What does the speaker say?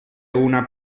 una